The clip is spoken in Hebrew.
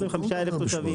25,000 תושבים.